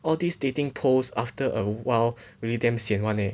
all these dating post after a while really damn sian [one] leh